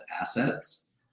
assets